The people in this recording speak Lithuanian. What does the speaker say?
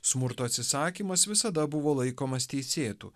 smurto atsisakymas visada buvo laikomas teisėtu